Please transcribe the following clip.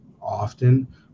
often